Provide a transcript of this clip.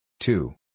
Two